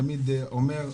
תמיד אומר,